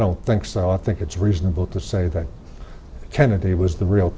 don't think so i think it's reasonable to say that kennedy was